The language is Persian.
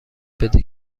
بده